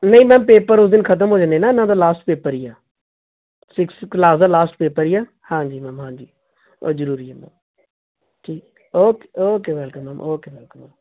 ਨਹੀਂ ma'am paper ਉਸ ਦਿਨ ਖਤਮ ਹੋ ਜਾਣੇ ਨਾ ਇਹਨਾਂ ਦਾ ਲਾਸਟ ਪੇਪਰ ਹੀ ਆ ਸਿਕਸਥ ਕਲਾਸ ਦਾ ਲਾਸਟ ਪੇਪਰ ਹੀ ਆ ਹਾਂਜੀ ਮੈਮ ਹਾਂਜੀ ਔਰ ਜਰੂਰੀ ਹੈ ਮੈਮ ਠੀਕ ਆ okay okay welcome ma'am okay ma'am